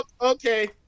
okay